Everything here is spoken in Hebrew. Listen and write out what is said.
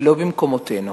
לא במקומותינו.